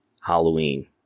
Halloween